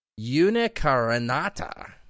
Unicarinata